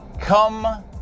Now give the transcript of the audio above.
come